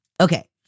Okay